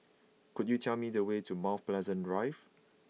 could you tell me the way to Mount Pleasant Drive